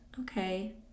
okay